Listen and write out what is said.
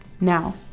Now